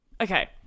okay